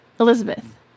Elizabeth